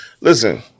Listen